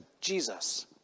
Jesus